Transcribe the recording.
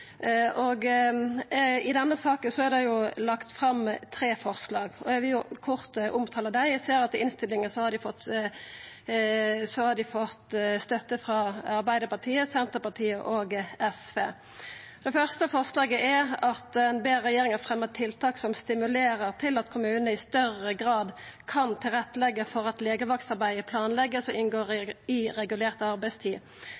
I denne saka er det lagt fram tre forslag. Eg vil kort omtala dei. Eg ser at i innstillinga har dei fått støtte frå Arbeidarpartiet, Senterpartiet og SV. Det første forslaget lyder slik: «Stortinget ber regjeringen fremme tiltak som stimulerer til at kommunene i større grad kan tilrettelegge for at legevaktarbeidet planlegges og inngår